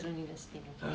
ah